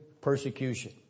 persecution